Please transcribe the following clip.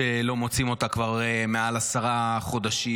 שלא מוצאים אותה כבר יותר מעשרה חודשים.